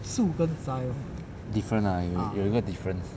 different ah 有有一个 difference